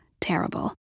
terrible